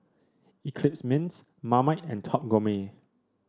Eclipse Mints Marmite and Top Gourmet